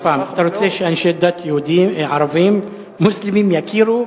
עוד פעם: אתה רוצה שאנשי דת ערבים מוסלמים יכירו,